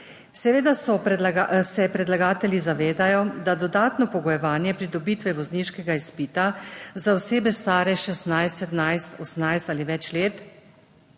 Seveda se predlagatelji zavedajo, da dodatno pogojevanje pridobitve vozniškega izpita za osebe, stare 16, 17, 18 ali več let,